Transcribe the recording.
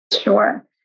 Sure